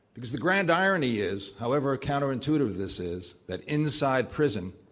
because the grand irony is, however counter intuitive this is, that inside prison,